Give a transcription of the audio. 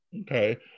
Okay